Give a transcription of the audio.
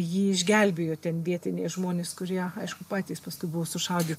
jį išgelbėjo ten vietiniai žmonės kurie aišku patys paskui buvo sušaudy